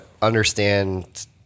Understand